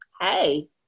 Hey